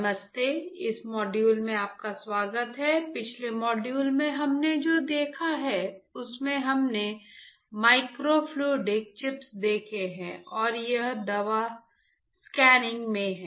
नमस्ते इस मॉड्यूल में आपका स्वागत है पिछले मॉड्यूल में हमने जो देखा है उसमें हमने माइक्रोफ्लूडिक चिप्स देखे हैं और यह दवा स्कैनिंग में है